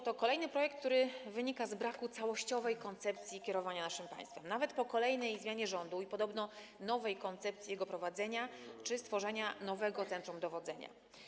Oto kolejny projekt, który wynika z braku całościowej koncepcji kierowania naszym państwem, nawet po kolejnej zmianie rządu i podobno nowej koncepcji jego prowadzenia czy stworzenia nowego centrum dowodzenia.